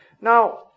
Now